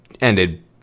ended